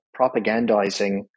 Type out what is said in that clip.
propagandizing